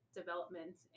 development